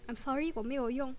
I'm sorry 我没有用